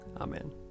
amen